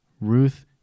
Ruth